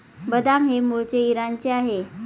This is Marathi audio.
बदाम हे मूळचे इराणचे आहे